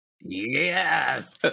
Yes